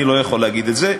אני לא יכול להגיד את זה,